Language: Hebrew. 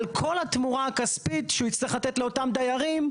על כל התמורה הכספית שהוא יצטרך לתת לאותם דיירים,